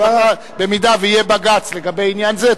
במידה שיהיה בג"ץ לגבי עניין זה,